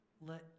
Let